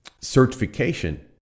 certification